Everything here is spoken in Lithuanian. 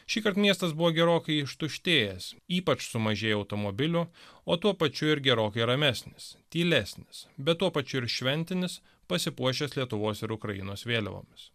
šįkart miestas buvo gerokai ištuštėjęs ypač sumažėjo automobilių o tuo pačiu ir gerokai ramesnis tylesnis bet tuo pačiu ir šventinis pasipuošęs lietuvos ir ukrainos vėliavomis